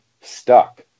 stuck